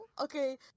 Okay